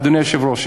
אדוני היושב-ראש,